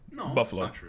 Buffalo